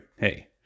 Hey